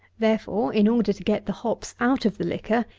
therefore, in order to get the hops out of the liquor,